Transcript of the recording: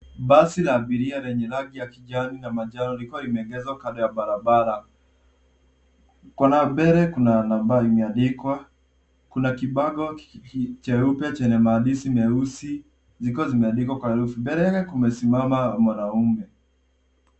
Basi la abiria lenye rangi ya kijani na manjano liko limeegezwa kando ya barabara. Kona mbele kuna nambari imeandikwa. Kuna kibango cheupe chenye maandishi meusi zikiwa zimeandikwa kwa herufi. Mbele yake kumesimama mwanaume.